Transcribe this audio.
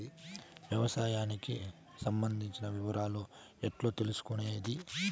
వ్యవసాయానికి సంబంధించిన వివరాలు ఎట్లా తెలుసుకొనేది?